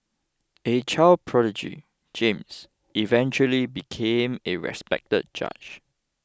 a child prodigy James eventually became a respected judge